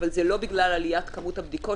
אבל זה לא בגלל עליית כמות הבדיקות